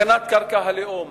הגנת קרקע הלאום,